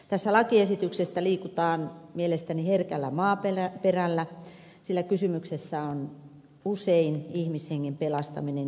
tässä lakiesityksessä liikutaan mielestäni herkällä maaperällä sillä kysymyksessä on usein ihmishengen pelastaminen elinluovutuksen avulla